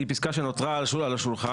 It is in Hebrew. היא פסקה שנותרה על השולחן.